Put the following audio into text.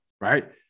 right